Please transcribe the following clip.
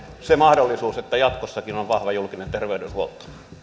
se mahdollisuus että jatkossakin on vahva julkinen terveydenhuolto